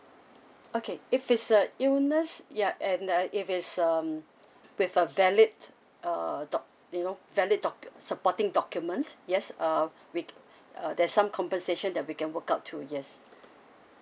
okay if it's a illness ya and like if it's um with a valid uh doc~ you know valid docu~ supporting documents yes uh we uh there's some compensation that we can work out to yes